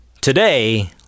today